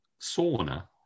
Sauna